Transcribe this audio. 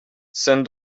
send